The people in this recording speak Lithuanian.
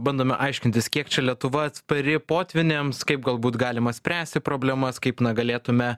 bandome aiškintis kiek čia lietuva atspari potvyniams kaip galbūt galima spręsti problemas kaip na galėtume